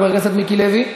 חבר הכנסת מיקי לוי,